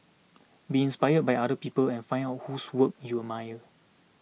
be inspired by other people and find out whose work you admire